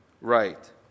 right